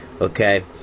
okay